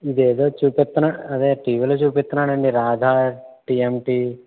ఇదేదో చూపిస్తున్న అదే టీవిలో చూపిస్తున్నారు అండి రాధా టిఎమ్టి